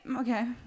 Okay